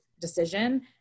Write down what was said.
decision